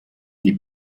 die